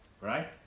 Right